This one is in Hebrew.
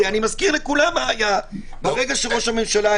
זה הנימוק לכך שלמרות שמותרת התקהלות עד 10